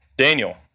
Daniel